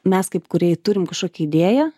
mes kaip kūrėjai turim kažkokią idėją